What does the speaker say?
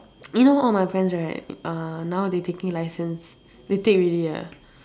you know all my friends right uh now they taking licence they take already ah